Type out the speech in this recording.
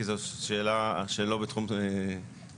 כי זו שאלה שלא בתחום מומחיותי,